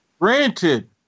granted